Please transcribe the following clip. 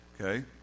okay